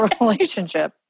relationship